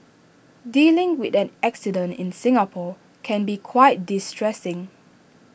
dealing with an accident in Singapore can be quite distressing